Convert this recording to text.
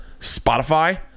Spotify